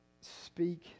Speak